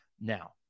Now